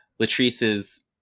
Latrice's